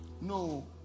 no